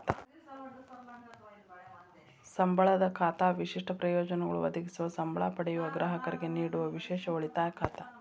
ಸಂಬಳದ ಖಾತಾ ವಿಶಿಷ್ಟ ಪ್ರಯೋಜನಗಳು ಒದಗಿಸುವ ಸಂಬ್ಳಾ ಪಡೆಯುವ ಗ್ರಾಹಕರಿಗೆ ನೇಡುವ ವಿಶೇಷ ಉಳಿತಾಯ ಖಾತಾ